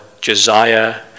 Josiah